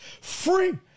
free